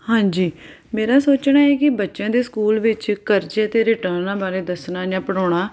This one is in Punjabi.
ਹਾਂਜੀ ਮੇਰਾ ਸੋਚਣਾ ਇਹ ਕਿ ਬੱਚਿਆਂ ਦੇ ਸਕੂਲ ਵਿੱਚ ਕਰਜ਼ੇ ਅਤੇ ਰਿਟਰਨਾਂ ਬਾਰੇ ਦੱਸਣਾ ਜਾਂ ਪੜ੍ਹਾਉਣਾ